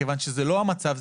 כיוון שזה לא המצב,